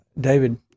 David